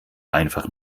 einfach